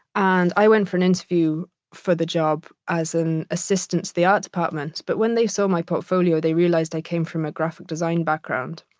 and i went for an interview for the job as an assistant to the art department, but when they saw my portfolio, they realized i came from a graphic design background.